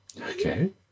Okay